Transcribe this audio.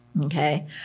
Okay